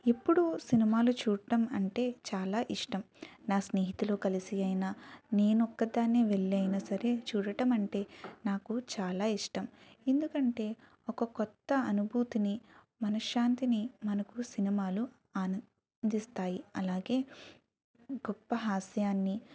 ఎప్పుడూ సినిమాలు చూట్టం అంటే చాలా ఇష్టం నా స్నేహితులో కలిసి అయినా నేనిక్కదాన్నే వెళ్ళీ అయినా సరే చూడటమంటే నాకు చాలా ఇష్టం ఎందుకంటే ఒక కొత్త అనుభూతినీ మనశ్శాంతినీ మనకు సినిమాలు అందిస్తాయి అలాగే గొప్ప హాస్యాన్నీ